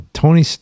Tony